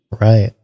Right